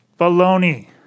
Baloney